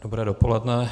Dobré dopoledne.